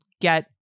get